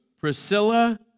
Priscilla